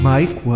Mike